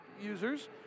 users